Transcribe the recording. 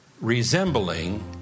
Resembling